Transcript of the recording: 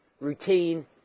routine